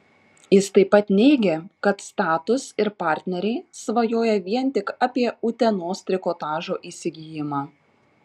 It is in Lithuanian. jis taip pat neigė kad status ir partneriai svajoja vien tik apie utenos trikotažo įsigijimą